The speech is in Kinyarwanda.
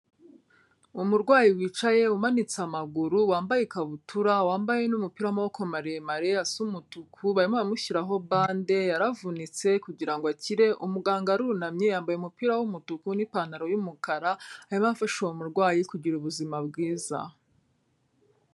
Umurwayi wicaye umanitse amaguru, wambaye ikabutura, wambaye n'umupira 'amaboko maremare asa umutuku, barimo baramushyiraho bande yaravunitse kugira ngo akire, umuganga arunamye yambaye umupira w'umutuku n'ipantaro y'umukara arimo afasha uwo murwayi kugira ubuzima bwiza.